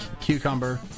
cucumber